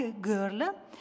girl